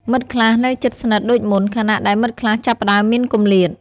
មិត្តខ្លះនៅជិតស្និទ្ធដូចមុន ខណៈដែលមិត្តខ្លះចាប់ផ្តើមមានគម្លាត។